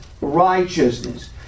righteousness